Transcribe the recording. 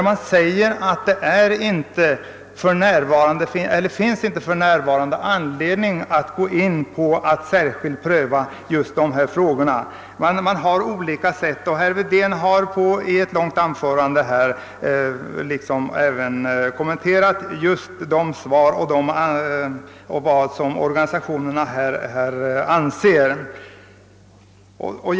Man säger där att det för närvarande inte finns anledning att särskilt pröva dessa frågor. Herr Wedén har i ett långt anförande kommenterat organisationernas remissyttranden.